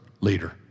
leader